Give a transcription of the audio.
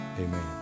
amen